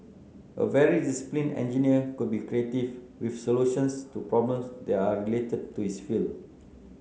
a very disciplined engineer could be creative with solutions to problems that are related to his field